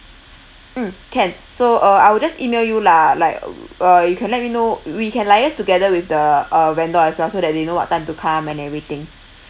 mm can so uh I will just email you lah like uh you can let me know we can liaise together with the uh vendor as well so that they know what time to come and everything